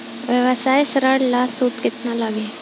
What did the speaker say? व्यवसाय ऋण ला सूद केतना लागी?